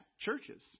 churches